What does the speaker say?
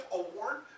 award